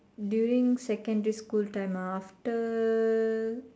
during secondary school time ah after